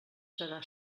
serà